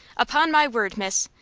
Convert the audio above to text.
upon my word, miss,